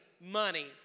money